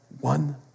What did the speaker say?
one